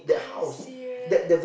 are you serious